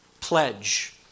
pledge